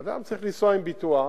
אדם צריך לנסוע עם ביטוח,